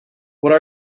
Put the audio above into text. what